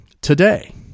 Today